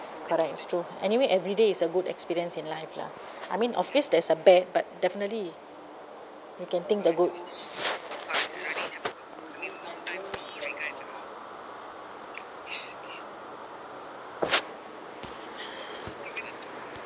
correct it's true anyway every day is a good experience in life lah I mean of course there's a bad but definitely you can think the good